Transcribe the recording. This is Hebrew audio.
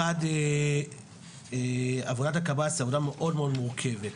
אחד עבודת הקב"ס היא עבודה מאוד מאוד מורכבת,